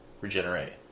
regenerate